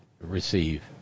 receive